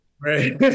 Right